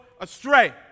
astray